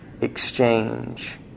exchange